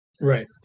Right